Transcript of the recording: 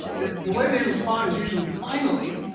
the the way they respond is usually, finally,